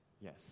yes